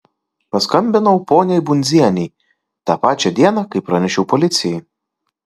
paskambinau poniai bundzienei tą pačią dieną kai pranešiau policijai